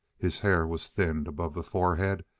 his hair was thinned above the forehead,